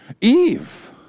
Eve